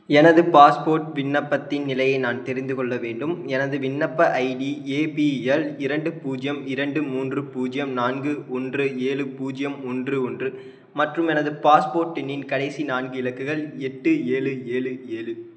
எனது பாஸ்போர்ட் விண்ணப்பத்தின் நிலையை நான் தெரிந்து கொள்ள வேண்டும் எனது விண்ணப்ப ஐடி ஏபிஎல் இரண்டு பூஜ்யம் இரண்டு மூன்று பூஜ்யம் நான்கு ஒன்று ஏழு பூஜ்யம் ஒன்று ஒன்று மற்றும் எனது பாஸ்போர்ட் எண்ணின் கடைசி நான்கு இலக்குகள் எட்டு ஏழு ஏழு ஏழு